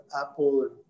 apple